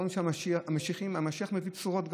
רואים שהמשיח גם מביא בשורות,